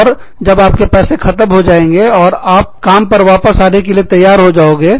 और जब आपके पैसे खत्म हो जाएंगे और आप काम पर वापस आने के लिए तैयार हो जाओगे